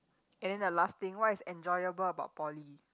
and then the last thing what is enjoyable about poly